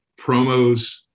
promos